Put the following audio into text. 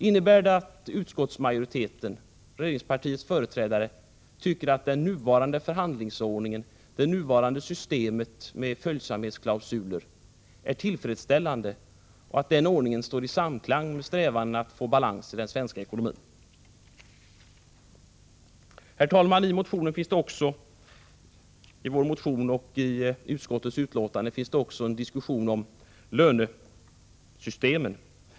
Innebär det att utskottsmajoriteten — regeringspartiets företrädare — tycker att den nuvarande förhandlingsordningen, det nuvarande systemet med följsamhetsklausuler, är tillfredsställande och att den ordningen står i samklang med strävandena att få balans i den svenska ekonomin? Herr talman! I vår motion och i utskottsbetänkandet finns också en diskussion om lönesystemen.